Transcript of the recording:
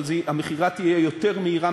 אבל המכירה תהיה יותר מהירה,